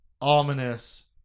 ominous